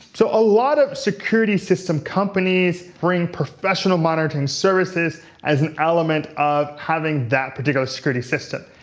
so a lot of security system companies bring professional monitoring services as an element of having that particular security system.